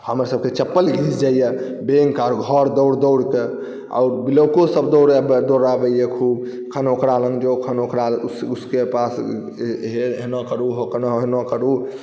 हमरसबके चप्पल घिस जाइए बैंक आओर घर दौड़ दौड़के आओर ब्लॉकोसब दौड़ाबैए खूब खन ओकरालग जो खन ओकरालग जो उसके पास हे एना करू हे ओना करू